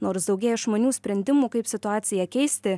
nors daugėja žmonių sprendimų kaip situaciją keisti